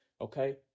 okay